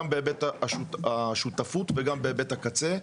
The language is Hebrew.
גם בהיבט השותפות וגם בהיבט הקצה.